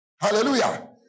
Hallelujah